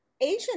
Asian